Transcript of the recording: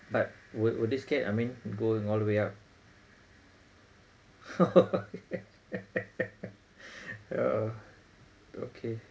but would would this get I mean going all the way up oh okay